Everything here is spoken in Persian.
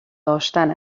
داشتن